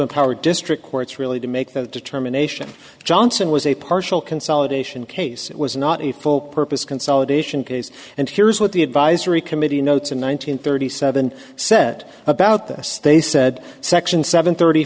empower district courts really to make that determination johnson was a partial consolidation case it was not a full purpose consolidation case and here is what the advisory committee notes in one nine hundred thirty seven set about this they said section seven thirty